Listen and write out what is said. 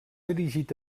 dirigit